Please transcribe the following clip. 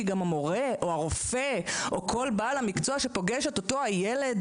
כי גם המורה או הרופא או כל בעל מקצוע שפוגש את אותו הילד,